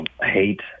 hate